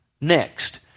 next